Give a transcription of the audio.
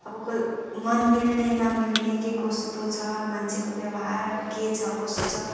अब कोही मन मिल्ने नमिल्ने के कस्तो छ मान्छेको व्यवहार अब के छ कस्तो छ